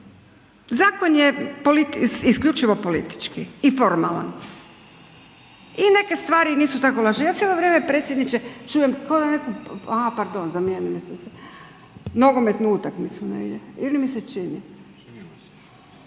zakon je isključivo politički i formalan. I neke stvari nisu tako loše, ja cijelo vrijeme, predsjedniče čujem, kao neku, aha, pardon, zamijenili ste se, nogometnu utakmicu negdje, ili mi se čini,